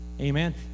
amen